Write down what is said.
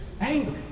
angry